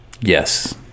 Yes